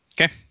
Okay